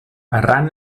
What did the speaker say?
arran